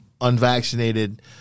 unvaccinated